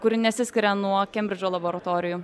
kuri nesiskiria nuo kembridžo laboratorijų